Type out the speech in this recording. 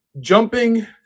Jumping